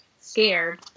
scared